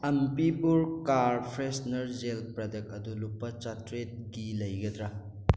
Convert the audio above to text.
Ambi Pur car freshener gel product ꯑꯗꯨ ꯂꯨꯄꯥ ꯆꯥꯇ꯭ꯔꯦꯠꯀꯤ ꯂꯩꯒꯗ꯭ꯔꯥ